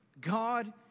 God